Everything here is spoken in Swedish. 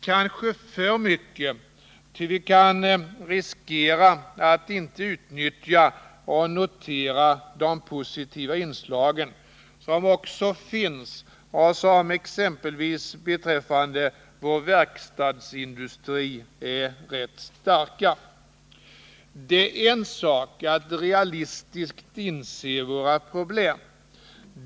Kanske för mycket, ty vi kan riskera att inte utnyttja och notera de positiva inslagen, som också finns och som exempelvis beträffande vår verkstadsindustri är rätt starka. Det är en sak att realistiskt inse våra problem.